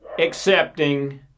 accepting